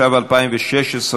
התשע"ו 2016,